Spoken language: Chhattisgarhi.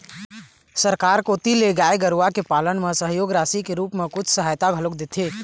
सरकार कोती ले गाय गरुवा के पालन म सहयोग राशि के रुप म कुछ सहायता घलोक देथे